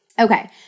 Okay